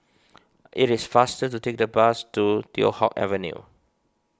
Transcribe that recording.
it is faster to take the bus to Teow Hock Avenue